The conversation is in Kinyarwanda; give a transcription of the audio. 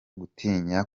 gutinya